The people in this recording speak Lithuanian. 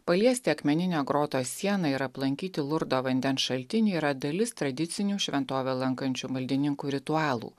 paliesti akmeninę grotos sieną ir aplankyti lurdo vandens šaltinį yra dalis tradicinių šventovę lankančių maldininkų ritualų